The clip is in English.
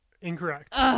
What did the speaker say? incorrect